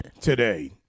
today